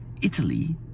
Italy